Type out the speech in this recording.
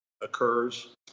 occurs